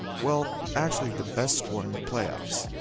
well, actually the best scorer in the playoffs.